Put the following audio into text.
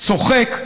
צוחק,